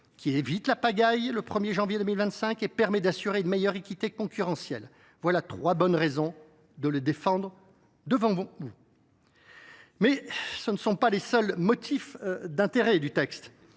qui évite la pagaille le 1 janvier 2025 et permet d’assurer une meilleure équité concurrentielle : voilà trois bonnes raisons de le défendre devant vous. Néanmoins, ce ne sont pas les seuls motifs d’intérêt du texte.